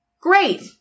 Great